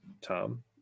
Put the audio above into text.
Tom